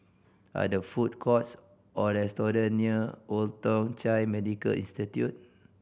are there food courts or restaurant near Old Thong Chai Medical Institution